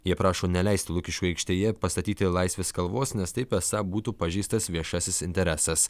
jie prašo neleisti lukiškių aikštėje pastatyti laisvės kalvos nes taip esą būtų pažeistas viešasis interesas